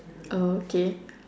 oh okay